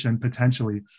potentially